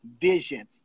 vision